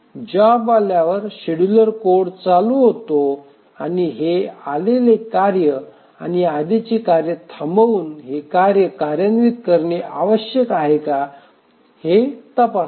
job आल्यावर scheduler code चालू होतो आणि हे आलेले कार्य आणि आधीचे कार्य थांबवून हे कार्य कार्यान्वित करणे आवश्यक आहे का हे तपासते